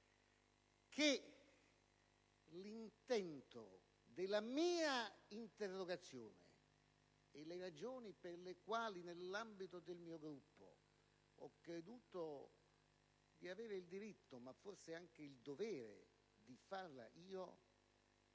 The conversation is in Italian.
che gli intenti della mia interrogazione e le ragioni per le quali, nell'ambito del mio Gruppo, ho creduto di avere il diritto, ma forse anche il dovere, di presentarla io